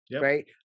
right